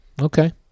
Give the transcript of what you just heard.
Okay